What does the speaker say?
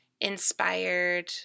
inspired